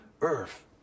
earth